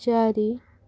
ଚାରି